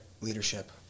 leadership